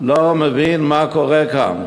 לא מבין מה קורה כאן.